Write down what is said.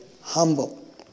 humble